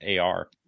AR